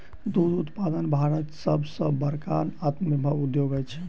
दूध उत्पादन भारतक सभ सॅ बड़का आत्मनिर्भर उद्योग अछि